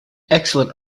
excellent